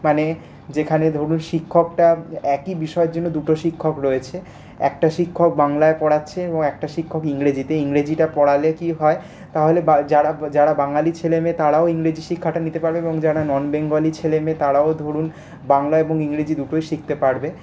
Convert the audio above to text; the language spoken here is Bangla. মানে যেখানে ধরুন শিক্ষকরা একই বিষয়ের জন্য দুটো শিক্ষক রয়েছে একটা শিক্ষক বাংলায় পড়াচ্ছে এবং একটা শিক্ষক ইংরেজিতে ইংরেজিটা পড়ালে কি হয় তাহলে যারা বাঙালি ছেলেমেয়ে তারাও ইংরেজি শিক্ষাটা নিতে পারবে এবং যারা নন বেঙ্গলি ছেলেমেয়ে তারাও ধরুন বাংলা এবং ইংরেজি দুটোই শিখতে পারবে